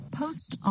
post